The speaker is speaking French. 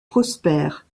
prospère